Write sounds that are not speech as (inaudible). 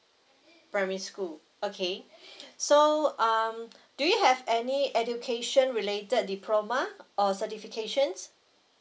primary school okay (breath) so um do you have any education related diploma or certifications